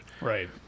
Right